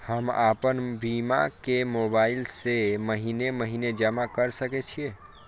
हम आपन बीमा के मोबाईल से महीने महीने जमा कर सके छिये?